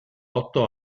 otto